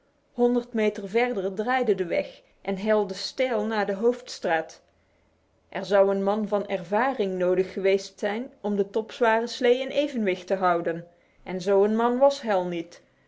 honderd meter verder draaide de weg en helde steil naar de hoofdstraat er zou een man van ervaring nodig geweest zijn om de topzware slee in evenwicht te houden en zo een man was hal niet